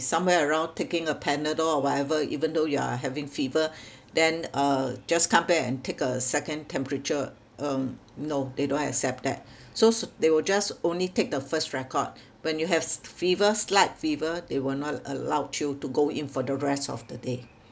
somewhere around taking a panadol or whatever even though you are having fever then uh just come back and take a second temperature um no they don't accept that so so they will just only take the first record when you have fever slight fever they will not allowed you to go in for the rest of the day